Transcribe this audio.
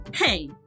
Hey